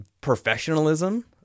professionalism